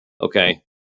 Okay